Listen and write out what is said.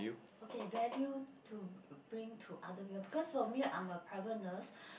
okay value to bring to other people because for me I'm a private nurse